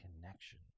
connection